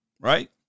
right